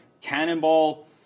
Cannonball